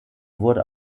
wurde